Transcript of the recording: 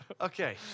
Okay